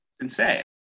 Insane